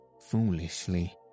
foolishly